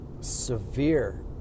severe